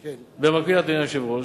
במקביל, אדוני היושב-ראש,